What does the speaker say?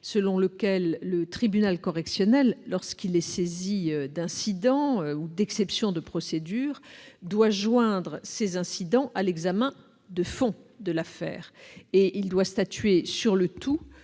selon lequel le tribunal correctionnel, lorsqu'il est saisi d'incidents ou d'exceptions de procédures, doit joindre ces incidents à l'examen de fond de l'affaire, et doit statuer sur le tout